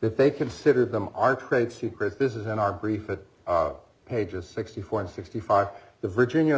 that they considered them our trade secrets business in our brief that pages sixty four and sixty five the virginia